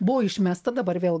buvo išmesta dabar vėl